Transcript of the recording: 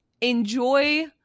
enjoy